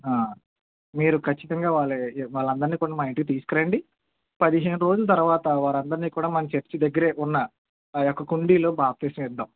ఆ మీరు ఖచ్చితంగా వాళ్ళ వాళ్ళందరినీ కూడా మా ఇంటికి తీసుకురండి పదిహేను రోజులు తరవాత వారందరినీ కూడా మన చర్చి దగ్గరే ఉన్న ఆ యొక్క కుండీలో బాప్తీసం ఇద్దాం